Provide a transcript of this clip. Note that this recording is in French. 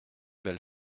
belle